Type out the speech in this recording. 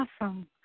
Awesome